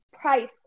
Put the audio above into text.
price